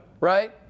right